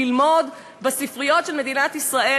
ללמוד בספריות של מדינת ישראל,